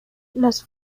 las